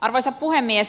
arvoisa puhemies